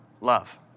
love